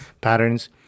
patterns